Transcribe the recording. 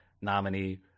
nominee